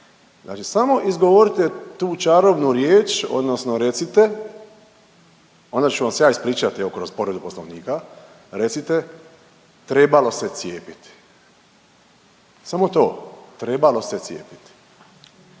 Znači samo izgovorite tu čarobnu riječ odnosno recite onda ću vam se ja ispričati kroz povredu Poslovnika. Recite, trebalo se cijepiti. Samo to. Trebalo se cijepiti.